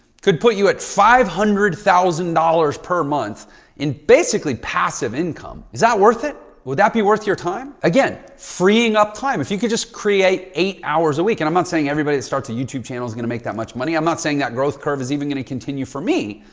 could put you at five hundred thousand dollars per month in basically passive income. is that worth it? would that be worth your time? again, freeing up time if you could just create eight hours a week, and i'm not saying everybody that starts a youtube channel is going to make that much money. i'm not saying that growth curve is even going to continue for me,